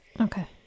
Okay